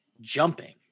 jumping